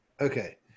Okay